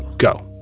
go.